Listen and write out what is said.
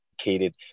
educated